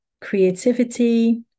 creativity